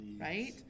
right